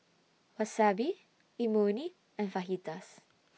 Wasabi Imoni and Fajitas